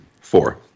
four